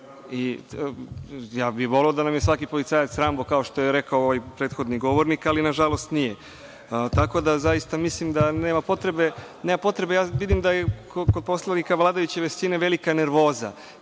bih voleo da nam je svaki policajac Rambo, kao što je rekao prethodni govornik, ali nažalost nije. Tako da, zaista mislim da nema potrebe, ja vidim da je kod poslanika vladajuće većine velika nervoza